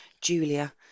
Julia